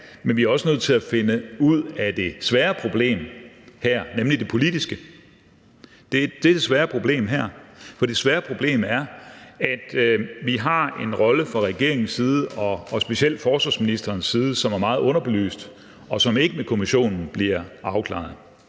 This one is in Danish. her, at finde en løsning på det svære problem her, nemlig det politiske. Det er det svære problem her. Det svære problem er, at vi har en rolle fra regeringens side og specielt fra forsvarsministerens side, som er meget underbelyst, og som ikke med kommissionen bliver afklaret.